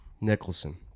Nicholson